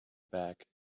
back